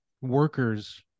workers